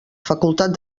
facultat